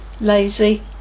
lazy